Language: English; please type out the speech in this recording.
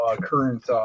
current